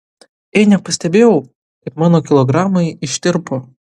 ė nepastebėjau kaip mano kilogramai ištirpo